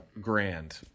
grand